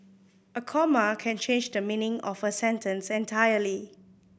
a comma can change the meaning of a sentence entirely